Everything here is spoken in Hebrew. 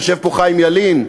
יושב פה חיים ילין,